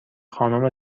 خانم